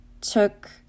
took